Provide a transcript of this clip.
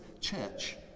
church